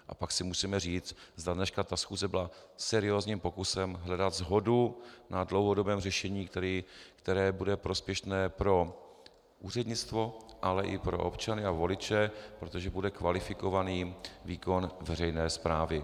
A pak si musíme říct, zda dneska ta schůze byla seriózním pokusem hledat shodu na dlouhodobém řešení, které bude prospěšné pro úřednictvo, ale i pro občany a voliče, protože bude kvalifikovaný výkon veřejné správy.